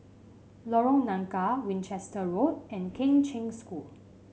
Lorong Nangka Winchester Road and Kheng Cheng School